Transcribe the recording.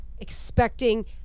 expecting